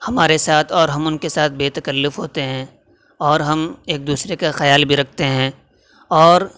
ہمارے ساتھ اور ہم ان کے ساتھ بےتکلف ہوتے ہیں اور ہم ایک دوسرے کا خیال بھی رکھتے ہیں اور